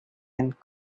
and